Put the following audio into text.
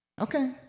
Okay